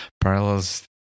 parallels